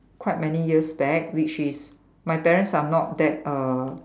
quite many years back which is my parents are not that uh